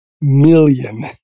million